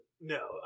no